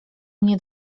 mnie